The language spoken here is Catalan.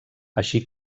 així